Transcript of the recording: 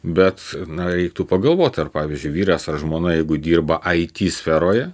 bet na reiktų pagalvot ar pavyzdžiui vyras ar žmona jeigu dirba it sferoje